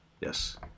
Yes